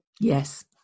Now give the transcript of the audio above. Yes